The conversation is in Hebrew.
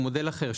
הוא מודל אחר,